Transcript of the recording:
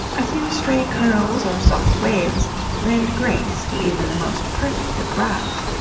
a few stray curls or soft waves lend grace to even the most perfect of brows.